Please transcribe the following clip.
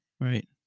right